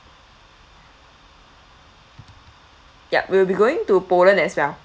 yup we'll be going to poland as well